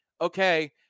okay